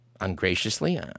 ungraciously